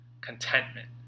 contentment